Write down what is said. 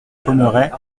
pommeraie